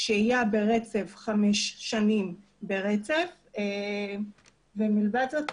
שהייה של חמש שנים ברצף ומלבד זאת,